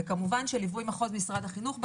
כמובן בליווי מחוז משרד החינוך ברשות,